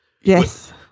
Yes